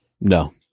no